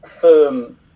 firm